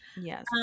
Yes